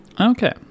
Okay